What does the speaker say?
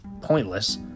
pointless